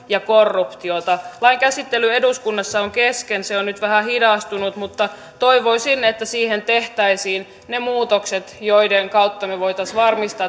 ja korruptiota lain käsittely eduskunnassa on kesken se on nyt vähän hidastunut mutta toivoisin että siihen tehtäisiin ne muutokset joiden kautta me voisimme varmistaa